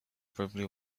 possibly